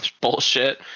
bullshit